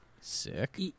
Sick